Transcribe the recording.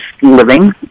living